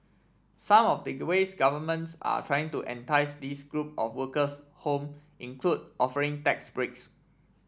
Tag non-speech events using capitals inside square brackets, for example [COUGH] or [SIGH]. some of [UNINTELLIGIBLE] ways governments are trying to entice this group of workers home include offering tax breaks